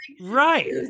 Right